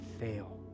fail